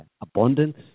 abundance